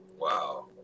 Wow